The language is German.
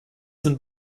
sind